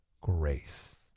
grace